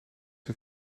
het